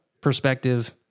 perspective